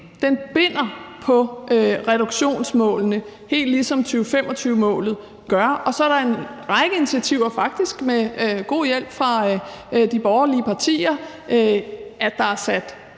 forhold til reduktionsmålene, helt ligesom 2025-målet er, og så er der kommet en række initiativer ind, faktisk med god hjælp fra de borgerlige partier. Der er sat